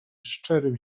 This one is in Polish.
szczerym